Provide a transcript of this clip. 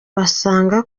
basabaga